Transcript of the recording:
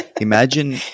imagine